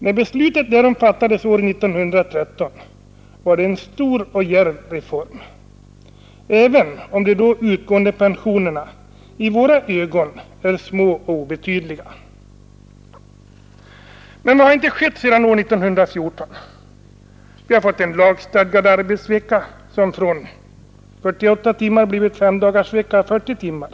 När beslutet därom fattades år 1913 var det en stor och djärv reform, även om de då utgående pensionerna i våra ögon är små och obetydliga. : Men vad har inte skett sedan år 1914! Vi har fått en lagstadgad arbetsvecka, som från att omfatta 48 timmar övergått till en femdagarsvecka om 40 timmar.